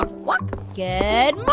but walk. good